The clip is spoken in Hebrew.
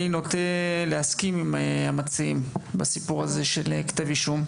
אני נוטה להסכים עם המציעים בסיפור הזה של כתב אישום.